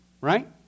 right